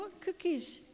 cookies